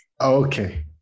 Okay